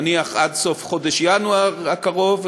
נניח עד סוף חודש ינואר הקרוב,